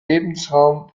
lebensraum